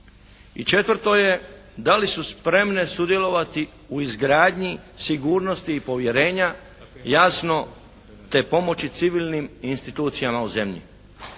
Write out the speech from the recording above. četvrto je, da li su spremne sudjelovati u izgradnji sigurnosti i povjerenja, jasno te pomoći civilnim i institucijama u zemlji?